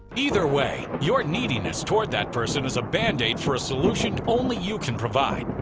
either way, your neediness towards that person is a band aid for a solution only you can provide.